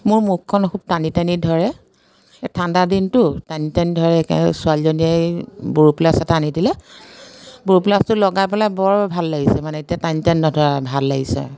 মোৰ মুখখন খুব টানি টানি ধৰে এই ঠাণ্ডা দিনতো টানি টানি ধৰে সেই কাৰণে ছোৱালীজনীয়ে এই ব'ৰোপ্লাছ এটা আনি দিলে ব'ৰোপ্লাছটো লগাই পেলাই বৰ ভাল লাগিছে মানে এতিয়া টানি টানি নধৰে আৰু ভাল লাগিছে